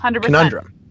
conundrum